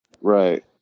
Right